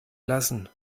lassen